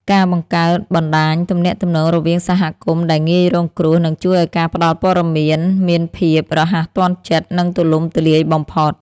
ការបង្កើតបណ្តាញទំនាក់ទំនងរវាងសហគមន៍ដែលងាយរងគ្រោះនឹងជួយឱ្យការផ្តល់ព័ត៌មានមានភាពរហ័សទាន់ចិត្ត និងទូលំទូលាយបំផុត។